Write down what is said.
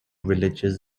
religious